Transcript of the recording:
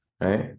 right